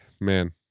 man